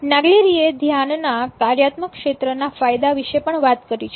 નાગલેરી એ ધ્યાનના કાર્યાત્મક ક્ષેત્રના ફાયદા વિશે પણ વાત કરી છે